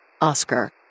Oscar